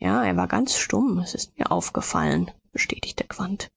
ja er war ganz stumm es ist mir aufgefallen bestätigte quandt